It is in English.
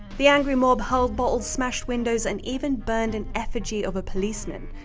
the angry mob hurled bottles, smashed windows, and even burned an effigy of a policeman.